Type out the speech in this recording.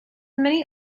many